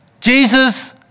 Jesus